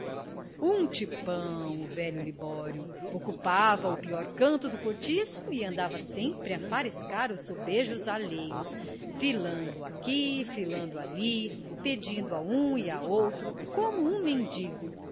o velho libório ocupava o pior canto do cortiço e andava sempre a fariscar os sobejos alheios filando aqui filando ali pedindo a um e a outro como um mendigo